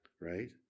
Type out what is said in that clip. right